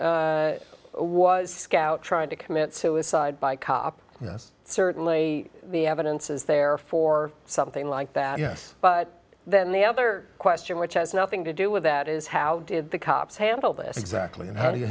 was scout trying to commit suicide by cop and this certainly the evidence is there for something like that yes but then the other question which has nothing to do with that is how did the cops handle this exactly and how do you